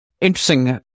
Interesting